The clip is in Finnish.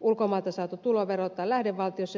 ulkomailta saatu tulo verotta lähde vaatisi